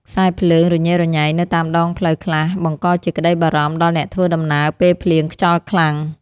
ខ្សែភ្លើងរញ៉េរញ៉ៃនៅតាមដងផ្លូវខ្លះបង្កជាក្តីបារម្ភដល់អ្នកធ្វើដំណើរពេលភ្លៀងខ្យល់ខ្លាំង។